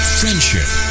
friendship